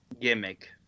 gimmick